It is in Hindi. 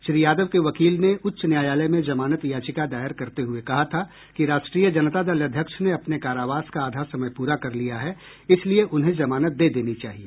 श्री यादवके वकील ने उच्च न्यायालय में जमानत याचिका दायर करते हुए कहा था कि राष्ट्रीय जनता दल अध्यक्ष ने अपने कारावास का आधा समय पूरा कर लिया है इसलिए उन्हें जमानत दे देनी चाहिए